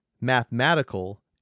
Mathematical